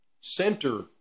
center